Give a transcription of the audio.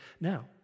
now